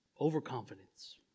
Overconfidence